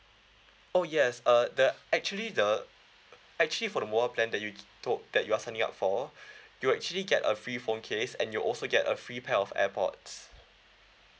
oh yes uh the actually the actually for the mobile plan that you to~ that you are signing up for you actually get a free phone case and you also get a free pair of airpods